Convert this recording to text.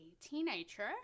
teenager